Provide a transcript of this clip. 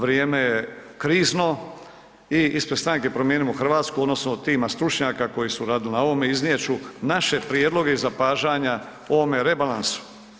Vrijeme je krizno i ispred Stranke promijenimo Hrvatsku odnosno tima stručnjaka koji su radili na ovome iznijet ću naše prijedloge i zapažanja o ovome rebalansu.